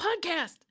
podcast